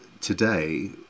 today